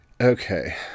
okay